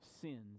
sins